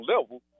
level